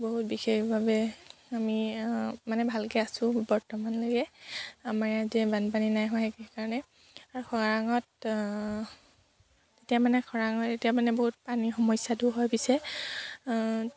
বহুত বিশেষভাৱে আমি মানে ভালকৈ আছোঁ বৰ্তমানলৈকে আমাৰ ইয়াতে বানপানী নাই হোৱা সেইকাৰণে আকৌ খৰাঙত তেতিয়া মানে খৰাঙত এতিয়া মানে বহুত পানীৰ সমস্যাটো হৈ পিছে